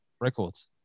Records